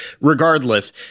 Regardless